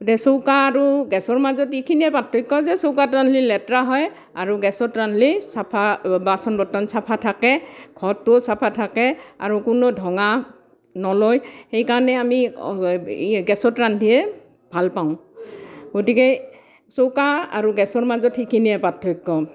এতিয়া চৌকা আৰু গেছৰ মাজত এইখিনিয়ে পাৰ্থক্য যে চৌকাত ৰান্ধিলে লেতৰা হয় আৰু গেছত ৰান্ধিলে চাফা বাচন বৰ্তন চাফা থাকে ঘৰটোও চাফা থাকে আৰু কোনো ধোঁঙা নোলায় সেইকাৰণে আমি গেছত ৰান্ধিয়ে ভাল পাওঁ গতিকে চৌকা আৰু গেছৰ মাজত সেইখিনিয়ে পাৰ্থক্য